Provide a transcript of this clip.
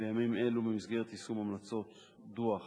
בימים אלו, במסגרת יישום המלצות דוח-טרכטנברג,